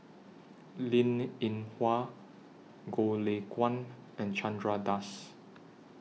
Linn in Hua Goh Lay Kuan and Chandra Das